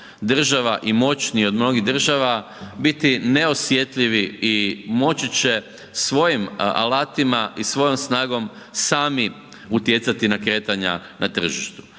i moćniji od mnogih država biti neosjetljivi i moći će svojim alatima i svojom snagom sami utjecati na kretanja na tržištu.